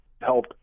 help